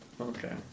Okay